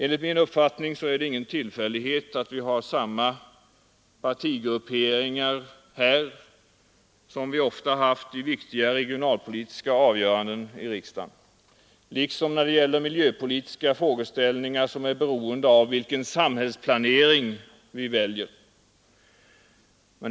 Enligt min uppfattning är det ingen tillfällighet att vi har samma partigrupperingar i denna fråga som vi ofta haft i viktiga regionalpolitiska avgöranden i riksdagen, liksom när det gällt miljöpolitiska frågeställningar som är beroende av vilken sam hällsplanering vi väljer.